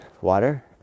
Water